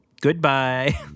Goodbye